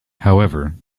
however